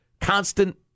constant